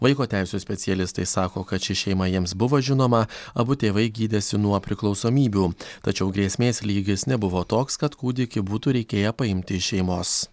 vaiko teisių specialistai sako kad ši šeima jiems buvo žinoma abu tėvai gydėsi nuo priklausomybių tačiau grėsmės lygis nebuvo toks kad kūdikį būtų reikėję paimti iš šeimos